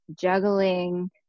juggling